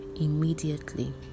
immediately